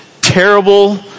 terrible